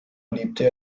lebte